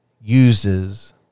uses